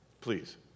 please